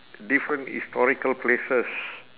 different historical places